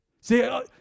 See